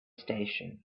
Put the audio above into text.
station